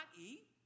eat